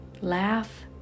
Laugh